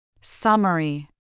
Summary